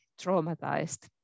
traumatized